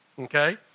okay